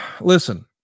Listen